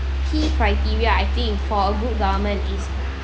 key criteria I think for a good government is